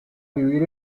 vivir